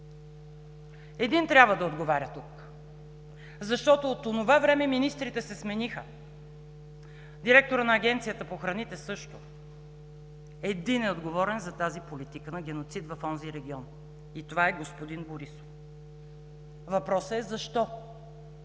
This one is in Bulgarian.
Един трябва да отговаря тук, защото от онова време министрите се смениха, директорът на Агенцията по храните също. Един е отговорен за тази политика на геноцид в онзи регион и това е господин Борисов. Въпросът е: защо?